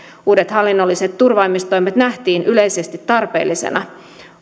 uudet hallinnolliset turvaamistoimet nähtiin yleisesti tarpeellisina